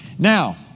Now